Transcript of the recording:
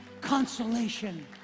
consolation